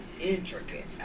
intricate